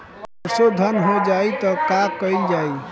सरसो धन हो जाई त का कयील जाई?